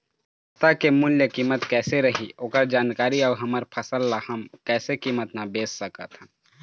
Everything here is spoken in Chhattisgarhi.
सप्ता के मूल्य कीमत कैसे रही ओकर जानकारी अऊ हमर फसल ला हम कैसे कीमत मा बेच सकत हन?